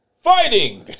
Fighting